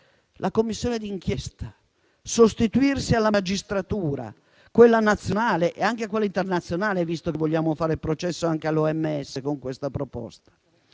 la Commissione d'inchiesta, per sostituirsi alla magistratura, a quella nazionale e anche a quella internazionale, visto che vogliamo fare il processo anche all'Organizzazione